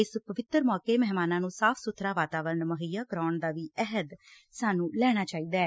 ਇਸ ਪਵਿੱਤਰ ਮੌਕੇ ਮਹਿਮਾਨਾਂ ਨੂੰ ਸਾਫ ਸੁਬਰਾ ਵਾਤਾਵਰਨ ਮੁਹੱਈਆ ਕਰਾਉਣ ਦਾ ਵੀ ਅਹਿਦ ਲੈਣਾ ਚਾਹੀਦਾ ਐ